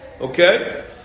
Okay